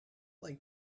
like